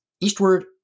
Eastward